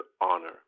honor